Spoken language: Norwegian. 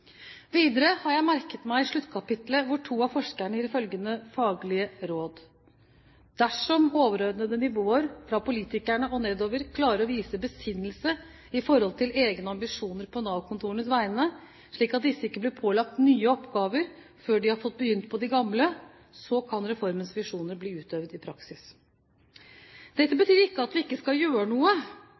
Videre har jeg merket meg sluttkapitlet hvor to av forskerne gir følgende faglige råd: «… dersom overordnede nivåer, fra politikerne og nedover, klarer å vise besinnelse i forhold til egne ambisjoner på Nav-kontorenes vegne, slik at disse ikke blir pålagt nye oppgaver før de har fått begynt å svare på de gamle, så kan reformens visjoner bli utprøvd i praksis.» Dette betyr ikke at vi ikke skal gjøre noe,